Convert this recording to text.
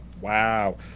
Wow